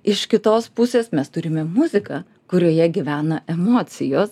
iš kitos pusės mes turime muziką kurioje gyvena emocijos